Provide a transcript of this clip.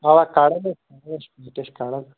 اَوا کڈان ہَے چھِ أسۍ چھِ کڈان